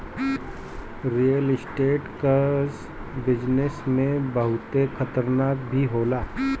real estate कअ business में बहुते खतरा भी होला